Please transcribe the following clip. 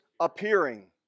appearing